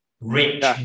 rich